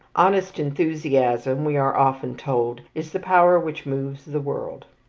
honest enthusiasm, we are often told, is the power which moves the world.